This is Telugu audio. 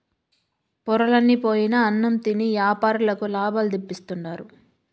పొరలన్ని పోయిన అన్నం తిని యాపారులకు లాభాలు తెప్పిస్తుండారు